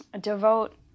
devote